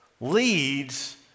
leads